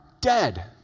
dead